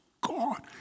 God